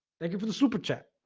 thank you for the super chat